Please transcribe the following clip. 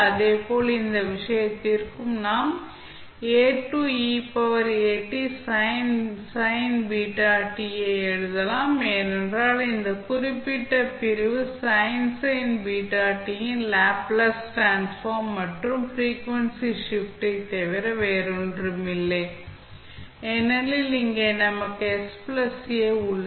அதேபோல் இந்த விஷயத்திற்கும் நாம் ஐ எழுதலாம் ஏனென்றால் இந்த குறிப்பிட்ட பிரிவு ன் லேப்ளேஸ் டிரான்ஸ்ஃபார்ம் மற்றும் ஃப்ரீக்வன்சி ஷிப்ட் ஐ தவிர வேறொன்றுமில்லை ஏனெனில் இங்கே நமக்கு உள்ளது